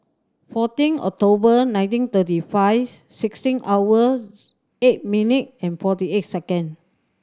fourteen October nineteen thirty five sixteen hour eight minute and forty eight second